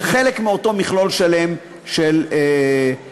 זה חלק מאותו מכלול שלם של דברים,